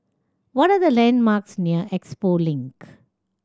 what are the landmarks near Expo Link